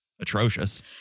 atrocious